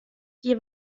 die